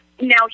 now